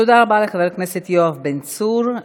תודה רבה לחבר הכנסת יואב בן צור.